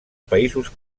països